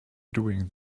doing